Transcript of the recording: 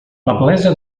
feblesa